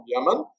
Yemen